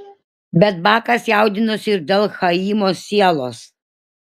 bet bakas jaudinosi ir dėl chaimo sielos